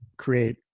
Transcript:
create